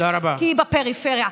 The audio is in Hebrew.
כי היא בפריפריה.